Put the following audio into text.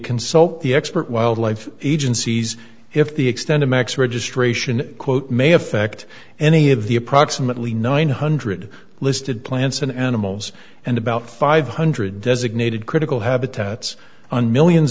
consult the expert wildlife agencies if the extent of max registration quote may affect any of the approximately nine hundred listed plants and animals and about five hundred designated critical habitats on millions